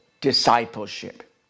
discipleship